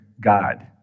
God